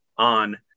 on